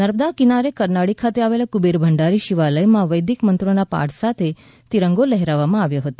નર્મદા કિનારે કરનાળી ખાતે આવેલા કુબેર ભંડારી શિવાલય માં વૈદિક મંત્રો ના પાઠ સાથે તિરંગો લહેરાવવા માં આવ્યો હતો